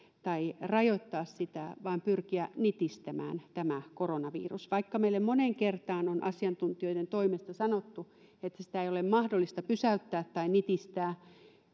tai rajoittaa sitä vaan pyrkiä nitistämään tämä koronavirus vaikka meille moneen kertaan on asiantuntijoiden toimesta sanottu että sitä ei ole mahdollista pysäyttää tai nitistää